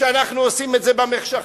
שאנחנו עושים את זה במחשכים,